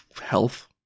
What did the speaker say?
health